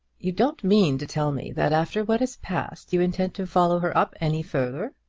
you don't mean to tell me that after what has passed you intend to follow her up any further.